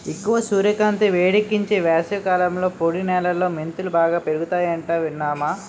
ఎక్కువ సూర్యకాంతి, వేడెక్కించే వేసవికాలంలో పొడి నేలలో మెంతులు బాగా పెరుగతాయట విన్నావా